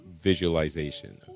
visualization